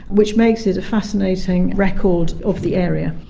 which makes it a fascinating record of the area.